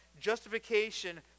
justification